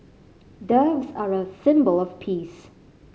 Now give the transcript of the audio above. doves are a symbol of peace